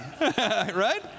Right